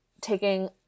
taking